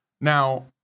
now